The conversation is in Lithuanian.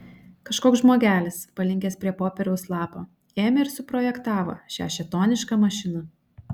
kažkoks žmogelis palinkęs prie popieriaus lapo ėmė ir suprojektavo šią šėtonišką mašiną